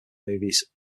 movies